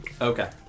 Okay